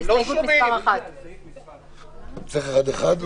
צריך אחד-אחד?